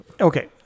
Okay